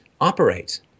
operate